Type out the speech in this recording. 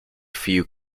few